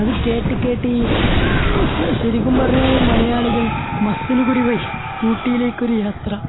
അത് കേട്ട് കേട്ട് ശരിക്കും പറഞ്ഞാൽ മലയാളികൾ മസനഗുഡി വഴി ഊട്ടിയിലേക്ക് ഒരു യാത്ര